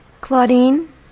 Claudine